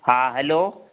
हा हलो